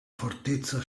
fortezza